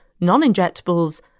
non-injectables